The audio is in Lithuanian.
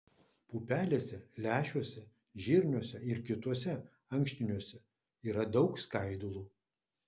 pupelėse lęšiuose žirniuose ir kituose ankštiniuose yra daug skaidulų